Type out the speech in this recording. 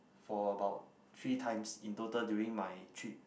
for about three times in total during my trip